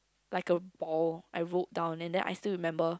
like a ball I rolled down and then I still remember